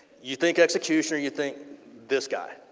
you think execution, you think this guy.